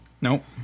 Nope